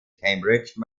cambridge